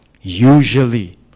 Usually